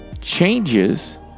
changes